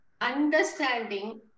understanding